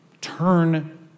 turn